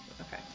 Okay